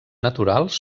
naturals